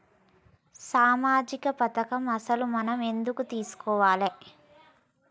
సామాజిక పథకం అసలు మనం ఎందుకు చేస్కోవాలే?